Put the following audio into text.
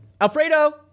Alfredo